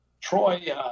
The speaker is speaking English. Troy